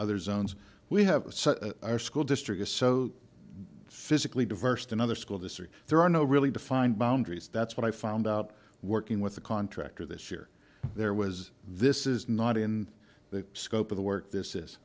zones we have such a school district is so physically diverse than other school districts there are no really defined boundaries that's what i found out working with the contractor this year there was this is not in the scope of the work this is